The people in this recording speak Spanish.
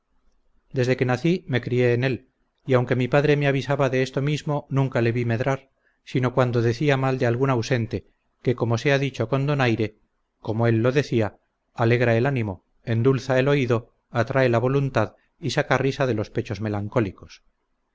desde que nací me crié en él y aunque mi padre me avisaba de esto mismo nunca le vi medrar sino cuando decía mal de algún ausente que como sea dicho con donaire como él lo decía alegra el ánimo endulza el oído atrae la voluntad y saca risa de los pechos melancólicos